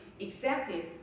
accepted